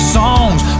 songs